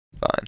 Fine